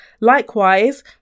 Likewise